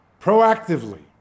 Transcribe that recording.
proactively